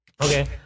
Okay